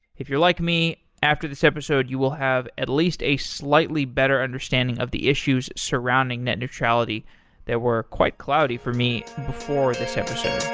if you're like me after this episode, you will have at least a slightly better understanding of the issues surrounding net neutrality that were quite cloudy for me before this episode